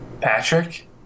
Patrick